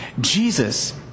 Jesus